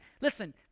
listen